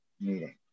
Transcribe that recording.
meeting